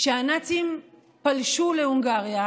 כשהנאצים פלשו להונגריה,